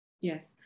Yes